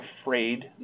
afraid